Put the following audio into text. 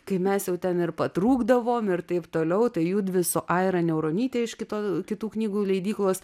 kai mes jau ten ir pratrūkdavom ir taip toliau tai judvi su aira niauronyte iš kito kitų knygų leidyklos